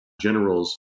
generals